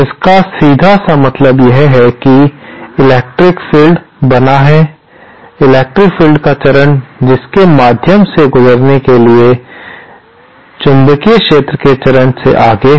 इसका सीधा सा मतलब है कि विद्युत क्षेत्र बना है विद्युत क्षेत्र का चरण इसके माध्यम से गुजरने के बाद चुंबकीय क्षेत्र के चरण से आगे है